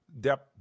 depth